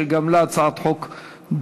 שגם לה הצעת חוק דומה,